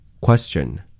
Question